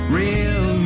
real